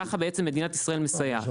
ככה בעצם מדינת ישראל מסייעת.